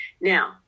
Now